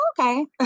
okay